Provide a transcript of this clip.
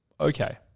okay